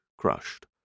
crushed